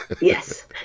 Yes